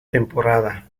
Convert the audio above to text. temporada